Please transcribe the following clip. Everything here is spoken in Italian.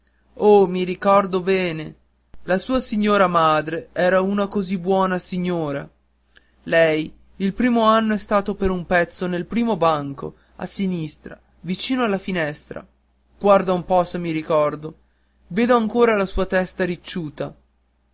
oh mi ricordo bene la sua signora madre era una così buona signora lei il primo anno è stato per un pezzo nel primo banco a sinistra vicino alla finestra guardi un po se mi ricordo vedo ancora la sua testa ricciuta